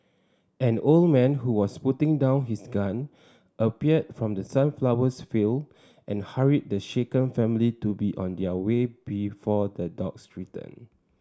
an old man who was putting down his gun appeared from the sunflowers field and hurried the shaken family to be on their way before the dogs return